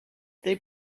they